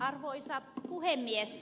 arvoisa puhemies